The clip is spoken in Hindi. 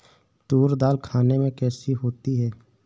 तूर दाल खाने में कैसी होती है?